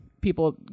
people